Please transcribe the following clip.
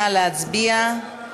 נא להצביע.